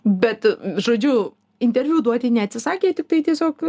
bet žodžiu interviu duoti neatsisakė tiktai tiesiog